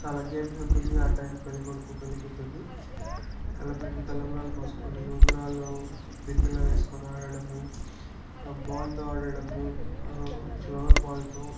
చాలా గేమ్స్ ఉంటుంది ఆడడానికి పెళ్ళి కొడుకు పెళ్ళి కూతురుది తలపైన తలంబ్రాలు పోసుకొని ఉంగరాలు బిందెలో వేసుకొని ఆడడము బాల్తో ఆడడము ఫ్లవర్ బాల్తో